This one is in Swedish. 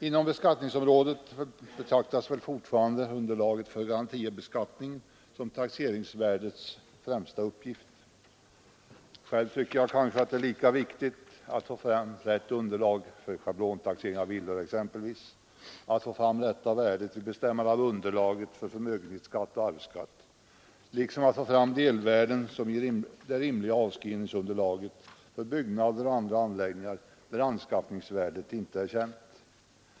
Inom beskattningsområdet betraktas väl fortfarande taxeringsvärdets främsta uppgift vara att lämna underlag för garantibeskattningen. Själv tycker jag kanske att det är lika viktigt att få fram rätt underlag för schablonvärdering av exempelvis villor, att få fram rätta värdet vid bestämmandet av underlaget för förmögenhetsskatt och arvsskatt liksom att få fram delvärden som ger det rimliga avskrivningsunderlaget för byggnader och andra anläggningar, där anskaffningsvärdet inte är känt.